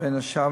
בין השאר,